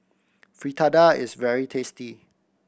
fritada is very tasty